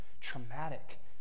traumatic